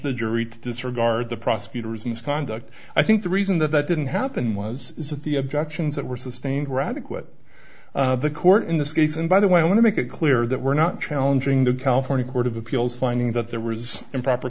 the jury to disregard the prosecutor's misconduct i think the reason that that didn't happen was that the objections that were sustained were adequate the court in this case and by the way i want to make it clear that we're not challenging the california court of appeals finding that there was improper